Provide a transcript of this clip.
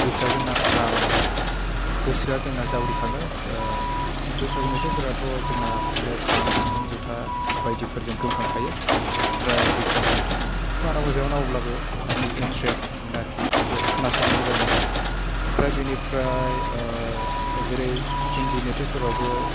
गोसोआव जोंना गोसोआ जोंना जावरिखाङो बैसागु मेथाइफोराथ' जोंना बिदिनो खाम सिफुं जथा बायदिफोरजों गोमखांखायो ओमफ्राय बैसागु मेथाइया बारा मोजां मोना अब्लाबो नाथाय इन्थारेस मोनो आरोखि खोनासंनो मोजां मोनो ओमफ्राय बेनिफ्राय जेरै हिन्दि मेथाइफोरावबो